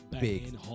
big